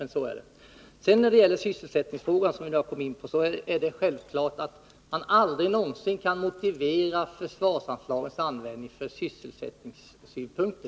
Vad sedan beträffar sysselsättningsfrågan, som jag kom in på, är det självklart att man aldrig någonsin kan motivera försvarsanslagets användning med sysselsättningssynpunkter.